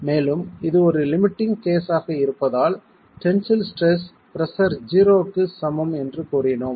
மேலும் இது ஒரு லிமிட்டிங் கேஸ் ஆக இருப்பதால் டென்சில் ஸ்ட்ரெஸ் பிரஷர் 0 க்கு சமம் என்று கூறினோம்